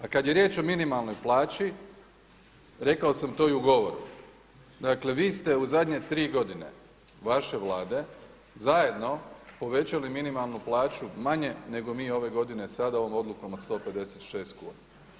A kad je riječ o minimalnoj plaći rekao sam to i u govoru dakle vi te u zadnje 3 godine vaše Vlade zajedno povećali minimalnu plaću manje nego mi ove godine sada ovom odlukom od 156 kuna.